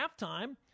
halftime